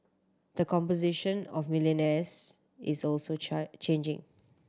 the composition of millionaires is also changing